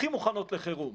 הכי מוכנות לחירום.